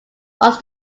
was